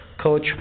Coach